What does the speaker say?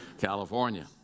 California